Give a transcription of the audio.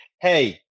hey